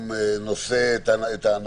והיום הוא נושא את הנוגדן